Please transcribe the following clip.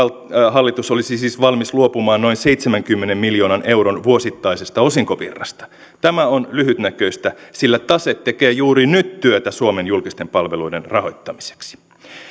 hallitus olisi siis valmis luopumaan noin seitsemänkymmenen miljoonan euron vuosittaisesta osinkovirrasta tämä on lyhytnäköistä sillä tase tekee juuri nyt työtä suomen julkisten palveluiden rahoittamiseksi